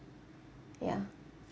ya